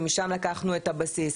ומשם לקחנו את הבסיס.